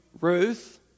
Ruth